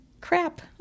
crap